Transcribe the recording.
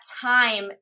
time